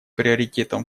приоритетом